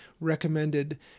recommended